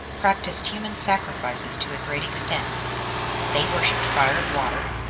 practised human sacrifices to a great extent they worshipped fire and water,